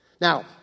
Now